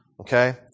okay